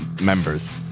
members